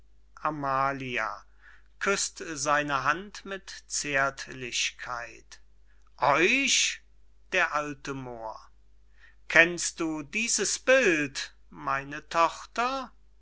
zärtlichkeit euch d a moor kennst du dieses bild meine tochter